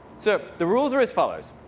so the rules are as follows.